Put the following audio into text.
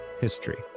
history